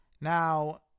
now